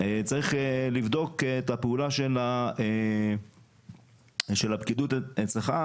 צריך לבדוק את הפעולה של הפקידות אצלך.